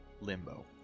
limbo